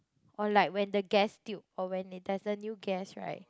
or like when the gas tube or when they doesn't use gas right